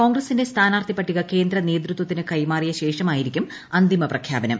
കോൺഗ്രസിന്റെ സ്ഥാനാർത്ഥിപട്ടിക കേന്ദ്ര നേതൃത്വത്തിന് കൈമാറിയ ശേഷമായിരിക്കും അന്തിമ പ്രഖ്യാപനം